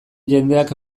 jendeak